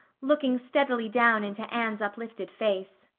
looking steadily down into anne's uplifted face,